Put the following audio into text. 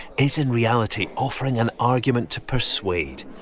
is in reality offering an argument to persuade.